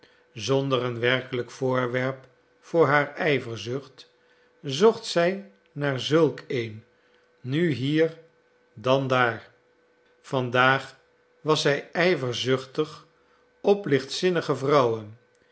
zonder een werkelijk voorwerp voor haar ijverzucht zocht zij naar zulk een nu hier dan daar vandaag was zij ijverzuchtig op lichtzinnige vrouwen